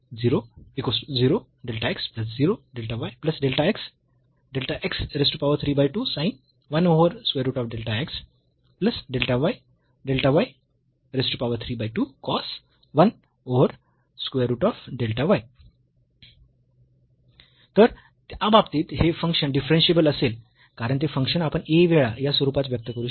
तर त्या बाबतीत हे फंक्शन डिफरन्शियेबल असेल कारण ते फंक्शन आपण a वेळा या स्वरूपात व्यक्त करू शकतो